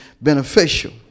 beneficial